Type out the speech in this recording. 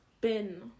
Bin